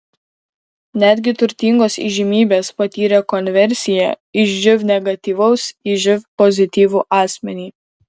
netgi turtingos įžymybės patyrė konversiją iš živ negatyvaus į živ pozityvų asmenį